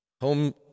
Home